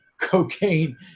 cocaine